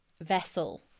vessel